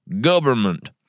Government